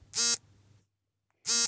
ಎಷ್ಟು ವಿಧದ ಸಾಲ ಪಾವತಿಗಳಿವೆ?